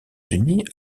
unis